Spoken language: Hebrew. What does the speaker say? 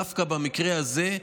דווקא במקרה הזה,